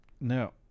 No